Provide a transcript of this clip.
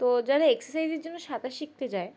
তো যারা এক্সারসাইজের জন্য সাঁতার শিখতে যায়